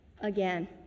again